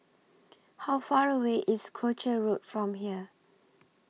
How Far away IS Croucher Road from here